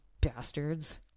bastards